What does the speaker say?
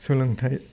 सोलोंथाइ